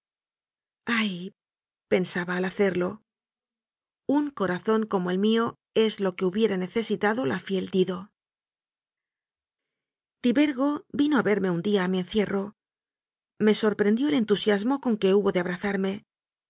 pensaba al hacerlo un corazón como el mío es lo que hubiera necesitado la fiel dido tibergo vino a verme un día a mi encierro me sorprendió el entusiasmo con que hubo de